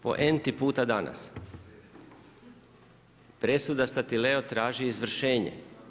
Po enti puta danas, presuda STatileo traži izvršenje.